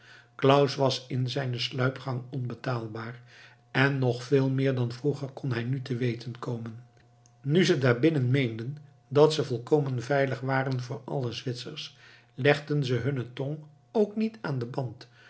claus was in zijne sluipgang onbetaalbaar en nog veel meer dan vroeger kon hij nu te weten komen nu ze daar binnen meenden dat ze volkomen veilig waren voor alle zwitsers legden ze hunne tong ook niet aan den band